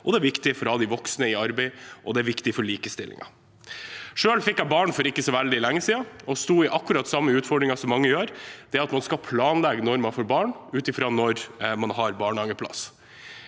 det er viktig for å holde de voksne i arbeid, og det er viktig for likestillingen. Selv fikk jeg barn for ikke så veldig lenge siden og hadde akkurat den samme utfordringen som mange har med at man skal planlegge når man får barn ut fra når man har barnehageplass.